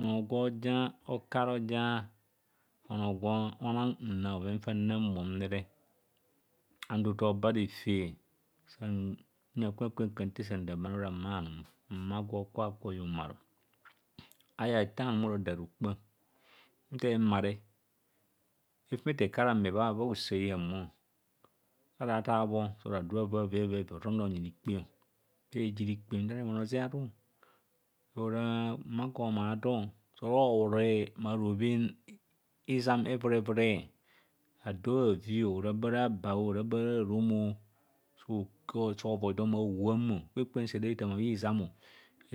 Onoo gwe oja oku ara oja onoo gwo nang nra bhoven fa nra mom rere. And tutu oba refer huyang kwan kwen kwa nsa nte santhaa no ora maanum, mma gwe okwa kwoibohumo umaro. Ayeng ste anum ara oda rokra. Nte emane efumeto ɛku ara ame bha usa ehan mo. Ra tha bho oro adobhavi avi othom do onyi ri kpe sa eesi rikpem ma do remoh hozia aru. So oraa mma gwe omar do sa oro reb maa robhen isam evureme ado bhaavi, ora bo ora ba, ora ba bhara bharomo, sa oroo do mama howab mo, kwen kwen sa era ethama bhaizam,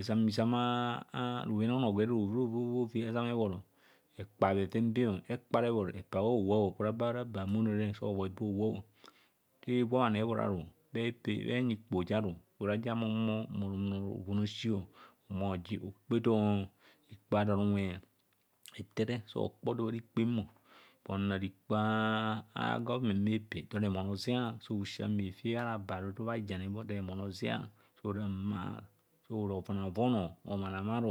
szam izam a robhen onoo gwere rovovio. Ezam ebboro ekpɛa bheven be, ekpaarebhoro epa bha howauo, opoora be bhara bhumono sa ovoi be howab o. Sa ewab ani ebhoro sa bheenyi ikpoho ji aru ora ja ame ohumo onyi do bhoven aosi, ohumo ji okpe do ikpoho adon unwe. Ete re sa okpo do bhari kpem mo, onar ikpoho a government bhe pay do remon hoziaso osi ame hete ara ba bhadu du bha hajam bho do remon hozia. So ara mmo, ovon ovon o, omara omar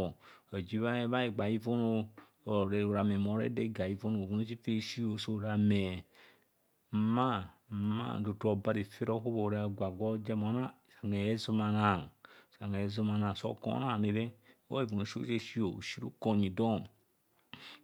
oji bha egbee a hivun o ora ame mo reb do egor a hivun. Bhoven aosi fa esi lo ora amme. Mma mma tutu oba reter ohubho ora gwa osa bhoriang sang hezumana sang hezumana. Sa okubho onani re osu rukor onyi do.